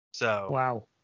Wow